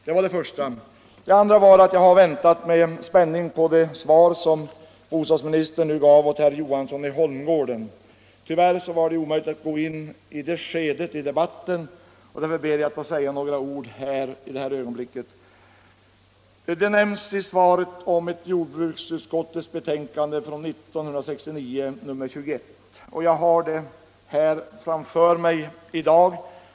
Det andra skälet till att jag begärde ordet var att jag med spänning har väntat på det svar som bostadsministern nu lämnat herr Johansson i Holmgården. Tyvärr var det omöjligt att gå in i det skedet av debatten. Därför ber jag att få säga några ord i det här ögonblicket. I svaret nämns ett utlåtande nr 21 från jordbruksutskottet år 1969. Jag har det här framför mig i dag.